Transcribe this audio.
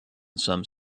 some